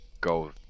go